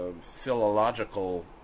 philological